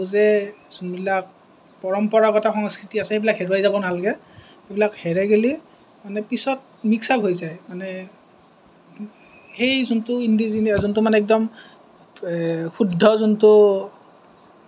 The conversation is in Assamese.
ভাবোঁ যে যোনবিলাক পৰম্পৰাগত সংস্কৃতি আছে সেইবিলাক হেৰুৱাই যাব নালাগে সেইবিলাক হেৰাই গ'লে মানে পিছত মিক্স আপ হৈ যায় মানে সেই যোনটো ইণ্ডিজিনিয়াচ যোনটো মানে একদম শুদ্ধ যোনটো